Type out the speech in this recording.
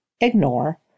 ignore